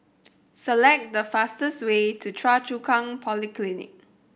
select the fastest way to Choa Chu Kang Polyclinic